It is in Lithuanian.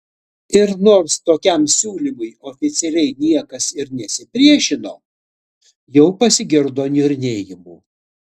ir nors tokiam siūlymui oficialiai niekas ir nesipriešino jau pasigirdo niurnėjimų